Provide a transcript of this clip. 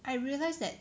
I realise that